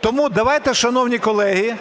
Тому давайте, шановні колеги,